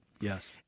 Yes